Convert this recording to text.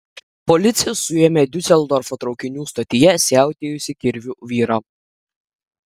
policija suėmė diuseldorfo traukinių stotyje siautėjusį kirviu vyrą